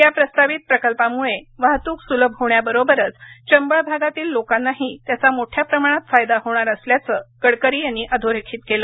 या प्रस्तावित प्रकल्पामुळे वाहतूक सुलभ होण्याबरोबरच चंबळ भागातील लोकांनाही त्याचा मोठ्याप्रमाणात फायदा होणार असल्याचं गडकरी यांनी अधोरेखित केलं